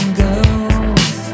girls